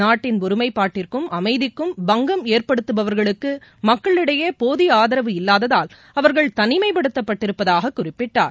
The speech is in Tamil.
நாட்டின் ஒருமைப்பாட்டிற்கும் அமைதிக்கும் பங்கம் ஏற்படுத்துபவர்களுக்கு மக்களிடடயே போதிய ஆதரவு இல்லாததால் அவர்கள் தனிமைப்படுத்தப்பட்டிருப்பதாக குறிப்பிட்டார்